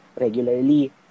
regularly